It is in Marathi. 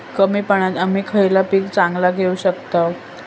कमी पाण्यात आम्ही खयला पीक चांगला घेव शकताव?